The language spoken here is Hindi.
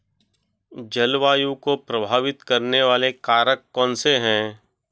जलवायु को प्रभावित करने वाले कारक कौनसे हैं?